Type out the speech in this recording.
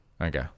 Okay